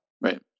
Right